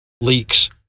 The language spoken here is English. leaks